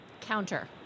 Counter